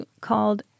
called